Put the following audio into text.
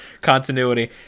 continuity